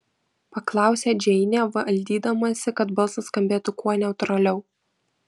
paklausė džeinė valdydamasi kad balsas skambėtų kuo neutraliau